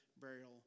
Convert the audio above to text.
burial